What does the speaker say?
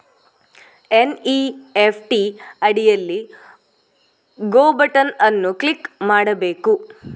NEFT ಅಡಿಯಲ್ಲಿ go button ಅನ್ನು click ಮಾಡಬೇಕು